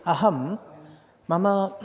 अहं मम